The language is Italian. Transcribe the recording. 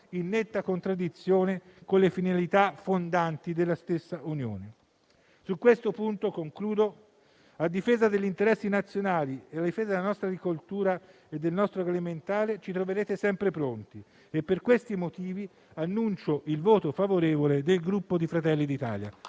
in netta contraddizione con le finalità fondanti della stessa Unione. Su questo punto, a difesa degli interessi nazionali, della nostra agricoltura e del nostro agroalimentare, ci troverete sempre pronti. Per questi motivi annuncio il voto favorevole del Gruppo Fratelli d'Italia.